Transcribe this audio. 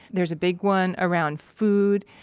there's a big one around food.